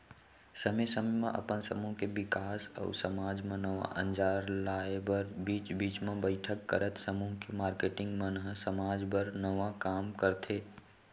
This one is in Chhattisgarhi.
समे समे म अपन समूह के बिकास अउ समाज म नवा अंजार लाए बर बीच बीच म बइठक करत समूह के मारकेटिंग मन ह समाज बर नवा काम करथे